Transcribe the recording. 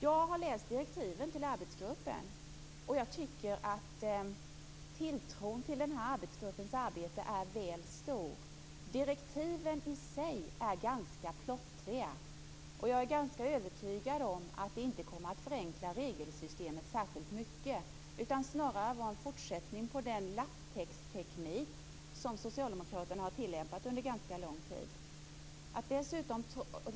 Jag har läst direktiven till arbetsgruppen, och jag tycker att tilltron till denna grupps arbete är väl stor. Direktiven i sig är ganska plottriga. Jag är ganska övertygad om att detta inte kommer att förenkla regelsystemet särskilt mycket utan snarare vara en fortsättning på den lapptäcksteknik som socialdemokraterna har tillämpat under ganska lång tid.